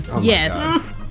Yes